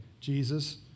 Jesus